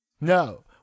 no